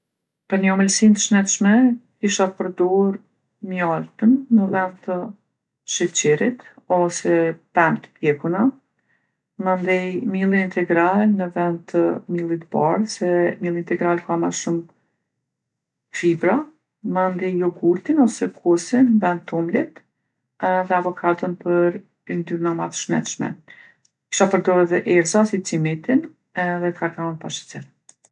Për ni omëlsinë t'shnetshme kisha përdorë mjaltën në vend të sheqerit ose pemë t'pjekuna, mandej millin integral në vend të millit t'bardhë se milli integral ka ma shumë fibra, mandej jogurtin ose kosin në vend t'tomlit edhe avokadon për yndyrna ma t'shnetshme. Kisha përdorë edhe erza si cimetin edhe kakon pa sheqer.